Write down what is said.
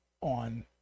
on